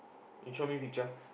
you show me picture